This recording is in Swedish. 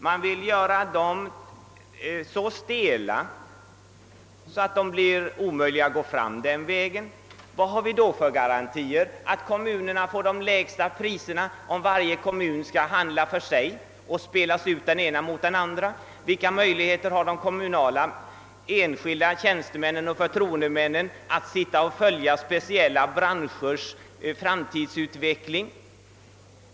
Man vill göra det hela så stelt att det blir omöjligt att gå fram på den vägen. Men vilka garantier har vi för att kommunerna får de lägsta priserna om varje kommun skall handla för sig och den ena kommunen spelas ut mot den andra? Vilka möjligheter har de kommunala enskilda tjänstemännen och förtroendemännen att följa speciella branschers framtidsutveckling?